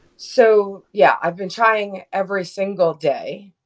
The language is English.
so, yeah, i've been trying every single day.